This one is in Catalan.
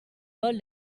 vol